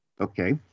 Okay